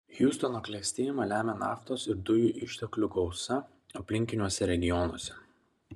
hjustono klestėjimą lemia naftos ir dujų išteklių gausa aplinkiniuose regionuose